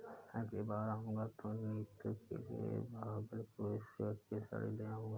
अगली बार आऊंगा तो नीतू के लिए भागलपुरी सिल्क की साड़ी ले जाऊंगा